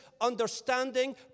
understanding